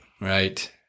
right